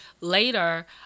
later